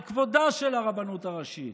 על כבודה של הרבנות הראשית,